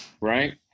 Right